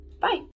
Bye